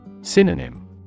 Synonym